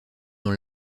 dans